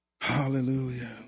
Hallelujah